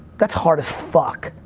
that's hard as fuck.